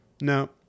No